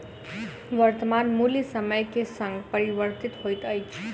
वर्त्तमान मूल्य समय के संग परिवर्तित होइत अछि